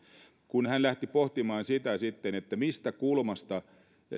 kun hän lähti sitten pohtimaan sitä että mistä kulmasta